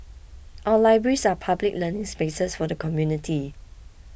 our libraries are public learning spaces for the community